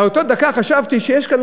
באותה דקה חשבתי שיש כאן,